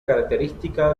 característica